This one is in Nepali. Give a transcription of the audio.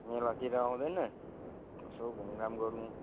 मेलातिर आउँदैनस् यसो घुमघाम गर्नु